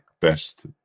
best